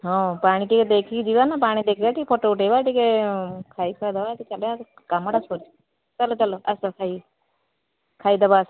ହଁ ପାଣି ଟିକିଏ ଦେଖିକି ଯିବାନା ପାଣି ଦେଖିବା ଟିକିଏ ଫୋଟୋ ଉଠେଇବା ଟିକିଏ ଖାଇଖୁଆ ଦେବା ଟିକିଏ ଚାଲ କି କାମଟା ସରି ଚାଲ ଚାଲ ଆସ ଖାଇବ ଖାଇଦେବା ଆସ